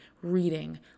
reading